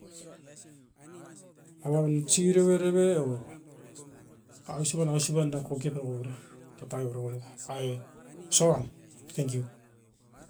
o wam tsiro verere. O ausipan, ausipan da kokepe ua vara, ta taviu uara uara, ai oso uam. Tenkiu.